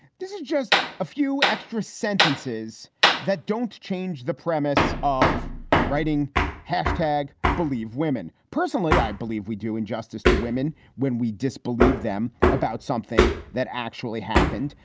this is just a few extra sentences that don't change the premise of writing hashtag believe women. personally, i believe we do injustice to women when we disbelieve them about something that actually happened,